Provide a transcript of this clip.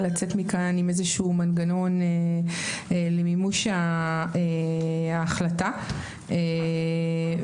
לצאת מכאן עם איזשהו מנגנון למימוש ההחלטה וגם